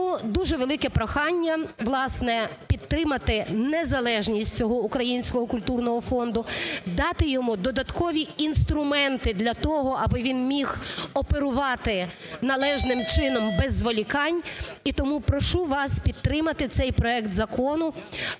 дуже велике прохання власне підтримати незалежність цього Українського культурного фонду, дати йому додаткові інструменти для того, аби він міг оперувати належним чином без зволікань. І тому прошу вас підтримати цей проект закону